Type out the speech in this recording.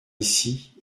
ici